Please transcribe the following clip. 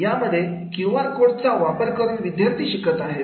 यामध्ये QR code चा वापर करून विद्यार्थी शिकत आहेत